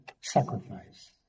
sacrifice